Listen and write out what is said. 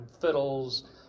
fiddles